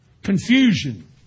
Confusion